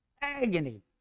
agony